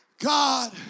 God